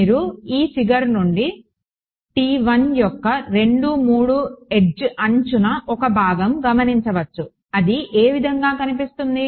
మీరు ఈ ఫిగర్ నుండి యొక్క 2 3 ఎడ్జ్ అంచున్న ఒక భాగం గమనించవచ్చు అది ఏ విధంగా కనిపిస్తుంది